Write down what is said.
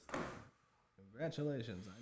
Congratulations